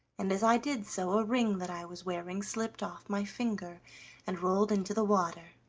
and as i did so a ring that i was wearing slipped off my finger and rolled into the water.